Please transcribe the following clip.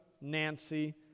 Nancy